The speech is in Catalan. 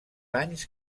anys